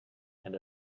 and